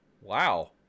wow